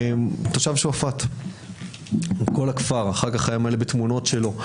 הוא תושב שועפט וכל הכפר אחר כך היה מלא בתמונות שלו.